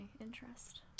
interest